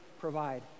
provide